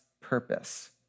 purpose